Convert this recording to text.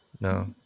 no